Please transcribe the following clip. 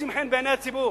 מוצאים חן בעיני הציבור.